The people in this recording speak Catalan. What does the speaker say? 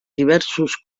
diversos